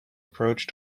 approach